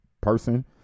person